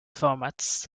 formats